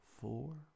four